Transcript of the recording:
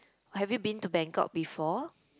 have you been to Bangkok before